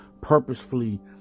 purposefully